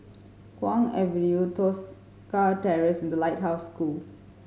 Kwong Avenue Tosca Terrace and The Lighthouse School